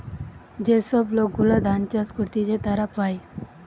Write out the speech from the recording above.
যে সব লোক গুলা ধান চাষ করতিছে তারা পায়